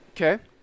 Okay